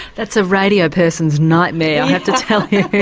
that's a radio person's nightmare, i have to tell you.